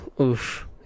oof